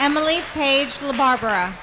emily paige will barbara